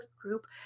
group